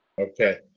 Okay